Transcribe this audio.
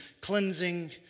cleansing